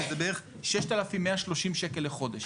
שזה בערך 6,130 שקלים לחודש.